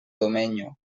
domenyo